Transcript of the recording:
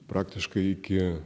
praktiškai iki